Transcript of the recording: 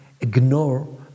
ignore